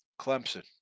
Clemson